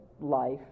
life